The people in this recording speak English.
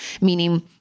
meaning